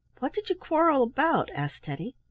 what did you quarrel about? asked teddy.